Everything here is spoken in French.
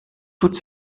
toute